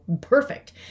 perfect